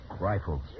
Rifles